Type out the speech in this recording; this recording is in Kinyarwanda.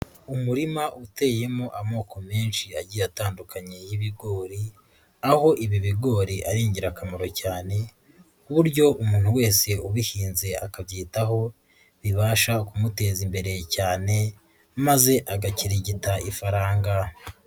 Umurima uteyemo amoko menshi agiye atandukanye y'ibigori, aho ibi bigori ari ingirakamaro cyane, ku buryo umuntu wese ubihinze akabyitaho bibasha kumuteza imbere cyane, maze agakirigita ifaranga.